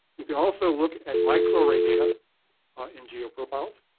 you can also look at microarray data in genome profiles.